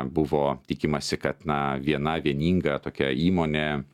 buvo tikimasi kad na viena vieninga tokia įmonė